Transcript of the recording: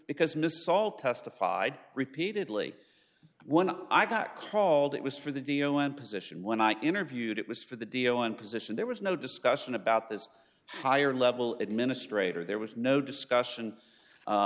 because mrs salt testified repeatedly when i got called it was for the dio and position when i interviewed it was for the dio and position there was no discussion about this higher level it ministre her there was no discussion